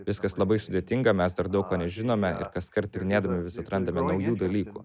viskas labai sudėtinga mes dar daug ko nežinome ir kaskart tyrinėdami vis atrandame naujų dalykų